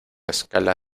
escala